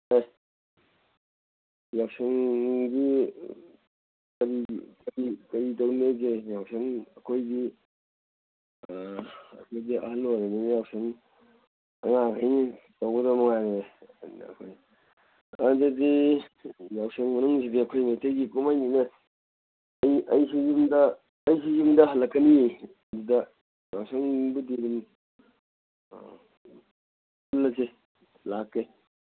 ꯑꯦ ꯌꯥꯎꯁꯪꯗꯤ ꯀꯩ ꯇꯧꯅꯦꯒꯦ ꯌꯥꯎꯁꯪ ꯑꯩꯈꯣꯏꯒꯤ ꯑꯩꯈꯣꯏꯗꯤ ꯑꯍꯜ ꯑꯣꯏꯔꯃꯤꯅ ꯌꯥꯎꯁꯪ ꯑꯉꯥꯡꯈꯩꯅ ꯇꯧꯒꯗꯧꯃ ꯉꯥꯏꯔꯦ ꯑꯗꯨꯗꯤ ꯌꯥꯎꯁꯪ ꯃꯅꯨꯡꯁꯤꯗꯤ ꯑꯩꯈꯣꯏ ꯃꯩꯇꯩꯒꯤ ꯀꯨꯝꯍꯩꯅꯤꯅꯦ ꯑꯩꯁꯨ ꯌꯨꯝꯗ ꯑꯩꯁꯨ ꯌꯨꯝꯗ ꯍꯜꯂꯛꯀꯅꯤ ꯑꯗꯨꯗ ꯌꯥꯎꯁꯪꯕꯨꯗꯤ ꯑꯗꯨꯝ ꯄꯨꯜꯂꯁꯤ ꯂꯥꯛꯀꯦ